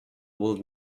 will